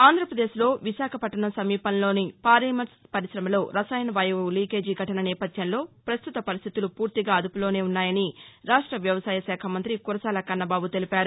ఆంధ్రప్రదేశ్లో విశాఖపట్టణం సమీపంలోని పాలిమర్స్ పరిశమలో రసాయన వాయువు లీకేజీ ఘటన నేపథ్యంలో భ్రస్తుత పరిస్థితులు పూర్తిగా అదుపులోనే ఉన్నాయని రాష్ట వ్యవసాయశాఖ మంతి కురసాల కన్నబాబు తెలిపారు